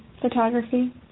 photography